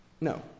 No